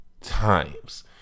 times